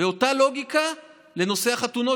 ואותה לוגיקה בנושא החתונות,